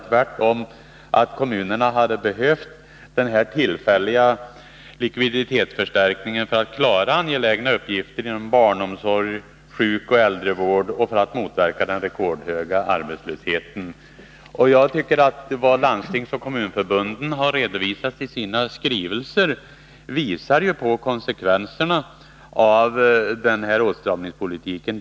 Tvärtom hade kommunerna behövt denna tillfälliga likviditetsförstärkning för att klara angelägna uppgifter inom barnomsorgen och sjukoch äldrevården och för att motverka den rekordhöga arbetslösheten. Vad Landstingsförbundet och Kommunförbundet har redovisat i sina skrivelser visar på konsekvenserna av åtstramningspolitiken.